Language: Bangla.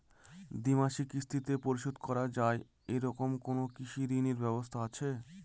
দ্বিমাসিক কিস্তিতে পরিশোধ করা য়ায় এরকম কোনো কৃষি ঋণের ব্যবস্থা আছে?